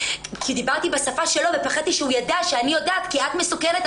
כי דיברתי בשפה שלו ופחדתי שהוא יודע שאני יודעת "כי את מסוכנת,